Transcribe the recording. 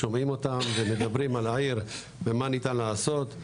שומעים אותם ומדברים על העיר ומה ניתן לעשות.